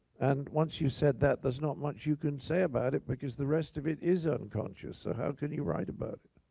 and once you've said that, there's not much you can say about it, because the rest of it is unconscious, so how can you write about it?